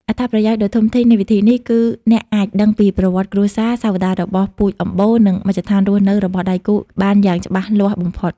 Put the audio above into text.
អត្ថប្រយោជន៍ដ៏ធំធេងនៃវិធីនេះគឺអ្នកអាចដឹងពីប្រវត្តិគ្រួសារ សាវតារបស់ពូជអម្បូរ និងមជ្ឈដ្ឋានរស់នៅរបស់ដៃគូបានយ៉ាងច្បាស់លាស់បំផុត។